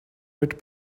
mit